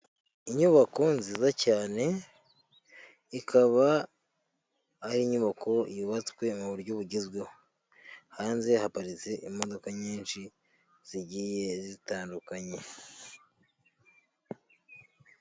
Inyubako nziza cyane, ikaba ari inyubako yubatswe mu buryo bugezweho, hanze haparitse imodoka nyinshi zigiye zitandukanye.